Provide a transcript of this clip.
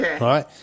right